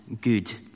good